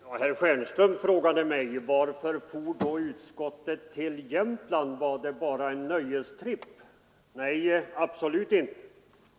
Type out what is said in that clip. Herr talman! Herr Stjernström frågade mig varför utskottet for till Jämtland. Var det bara en nöjestripp? undrade han. Nej, absolut inte.